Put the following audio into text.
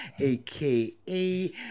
aka